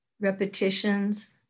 Repetitions